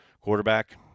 quarterback